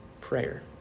prayer